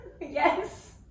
Yes